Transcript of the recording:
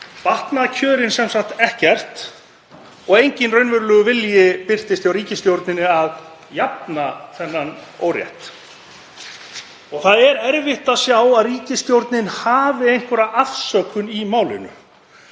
batna kjörin sem sagt ekkert og enginn raunverulegur vilji birtist hjá ríkisstjórninni til að jafna þennan órétt. Það er erfitt að sjá að ríkisstjórnin hafi einhverja afsökun í málinu.